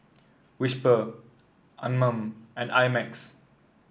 Whisper Anmum and I Max